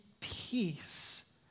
peace